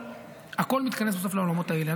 הכול מתכנס בסוף לעולמות האלה.